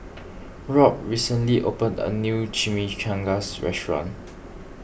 Robb recently opened a new Chimichangas restaurant